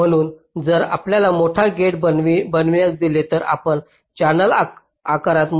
म्हणून जर आपल्याला मोठा गेट बनविण्यास दिले तर आपण चॅनेल आकारात मोठे बनवित आहात